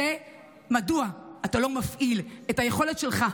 היא מדוע אתה לא מפעיל את היכולת שלך,